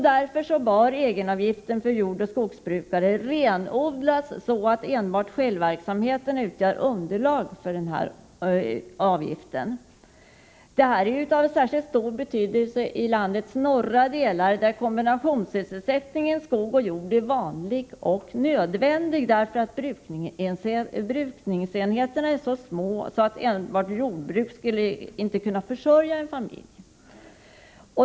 Därför bör egenavgiften för jordoch skogsbrukare renodlas så att enbart självverksamhet utgör underlag för denna avgift. Detta är av särskilt stor betydelse i landets norra delar, där kombinationssysselsättningen skog och jord är vanlig och nödvändig, därför att brukningsenheterna är så små att enbart jordbruket inte skulle kunna försörja en familj.